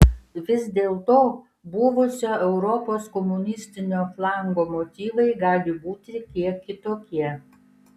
vis dėlto buvusio europos komunistinio flango motyvai gali būti kiek kitokie